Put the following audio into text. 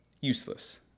useless